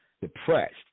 depressed